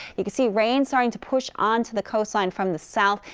you can see rain starting to push on to the coastline from the south.